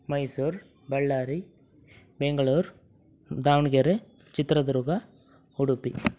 Mysuru Ballari Bengaluru Davanagere Chitradurga Udupi